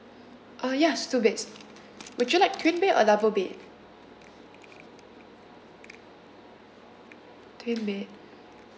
uh ya it's two beds would you like twin bed or double bed twin bed